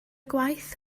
gwaith